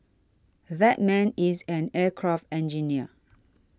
that man is an aircraft engineer